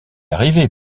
arriver